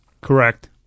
Correct